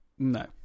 No